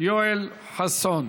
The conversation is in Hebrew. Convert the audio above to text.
יואל חסון.